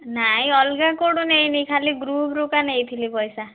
ନାଇଁ ଅଲଗା କେଉଁଠୁ ନେଇନି ଖାଲି ଗ୍ରୁପ୍ରୁ ଏକା ନେଇଥିଲି ପଇସା